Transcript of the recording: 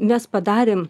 mes padarėm